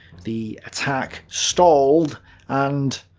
the attack stalled and,